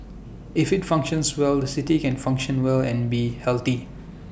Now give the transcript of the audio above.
if IT functions well the city can function well and be healthy